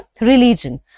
religion